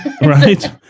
Right